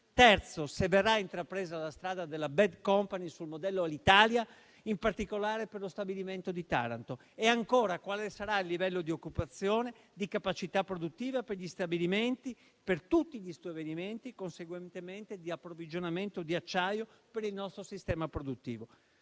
capire se verrà intrapresa la strada della *bad company* sul modello Alitalia, in particolare per lo stabilimento di Taranto, e, ancora, quale sarà il livello di occupazione e di capacità produttiva per tutti gli stabilimenti e, conseguentemente, di approvvigionamento di acciaio per il nostro sistema produttivo.